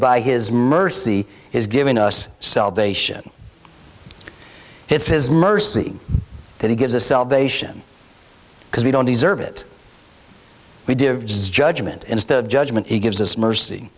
by his mercy has given us salvation has his mercy that he gives a salvation because we don't deserve it we do judgment instead of judgement he gives us mercy